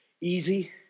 easy